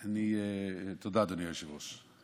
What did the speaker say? תודה, אדוני היושב-ראש.